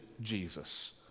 Jesus